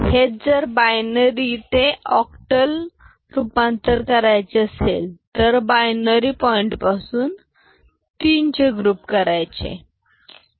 हेच जर बायनरी ते ऑक्टल रूपांतर करायचे असेल तर बायनरी पॉईंट पासून 3 चे ग्रुप करायचे